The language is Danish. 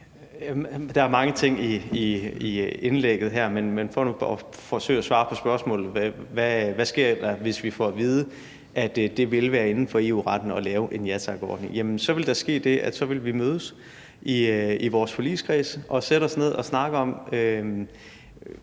Der er mange ting i indlægget her, men for nu at forsøge at svare på spørgsmålet, hvad der sker, hvis vi får at vide, at det vil være inden for EU-retten at lave en ja tak-ordning, vil jeg sige, at der så vil ske det, at vi vil mødes i forligskredsen og sætte os ned og snakke om